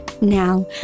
Now